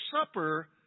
Supper